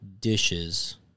dishes